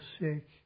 sick